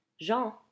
Jean